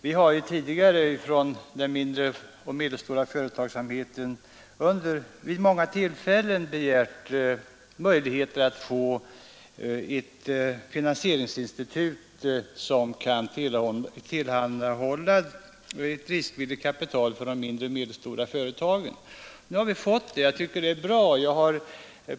Vi har ju tidigare ifrån den mindre och medelstora företagsamheten vid många tillfällen begärt att få ett finansieringsinstitut som kan tillhandahålla riskvilligt kapital för de mindre och medelstora företagen. Nu har vi fått det. Jag tycker det är bra.